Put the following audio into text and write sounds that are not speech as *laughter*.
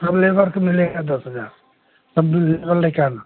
सब लेबर को मिलेगा दस हज़ार सब बिल *unintelligible* लकर आना